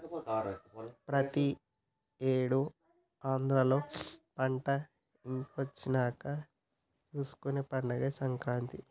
ప్రతి ఏడు ఆంధ్రాలో పంట ఇంటికొచ్చినంక చేసుకునే పండగే సంక్రాంతి